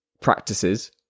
practices